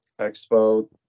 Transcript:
expo